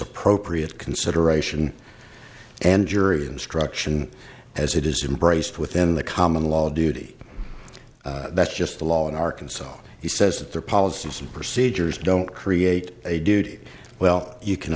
appropriate consideration and jury instruction as it is embrace within the common law a duty that's just the law in arkansas he says that their policies and procedures don't create a duty well you can